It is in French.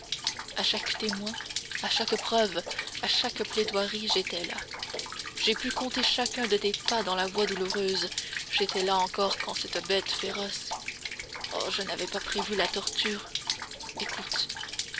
à chaque témoin à chaque preuve à chaque plaidoirie j'étais là j'ai pu compter chacun de tes pas dans la voie douloureuse j'étais là encore quand cette bête féroce oh je n'avais pas prévu la torture écoute